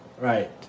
Right